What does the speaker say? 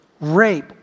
Rape